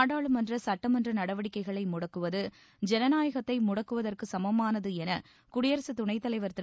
நாடாளுமன்ற சட்டமன்ற நடவடிக்கைகளை முடக்குவது ஜனநாயத்தை முடக்குவதற்கு சமமானது என குடியரசு துணைத்தலைவர் திரு